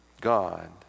God